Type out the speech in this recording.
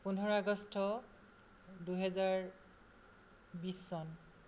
পোন্ধৰ আগষ্ট দুহেজাৰ বিছ চন